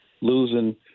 losing